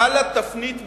חלה תפנית במשק: